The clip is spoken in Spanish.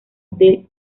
del